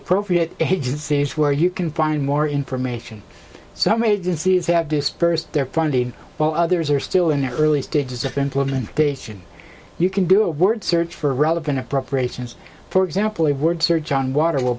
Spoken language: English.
appropriate agencies where you can find more information some agencies have dispersed their funding while others are still in the early stages of implementation you can do a word search for relevant appropriations for example the word search on water will